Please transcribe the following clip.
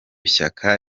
shyaka